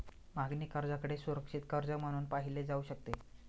मागणी कर्जाकडे सुरक्षित कर्ज म्हणून पाहिले जाऊ शकते